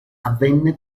avvenne